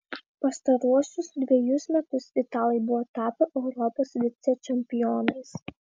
pastaruosius dvejus metus italai buvo tapę europos vicečempionais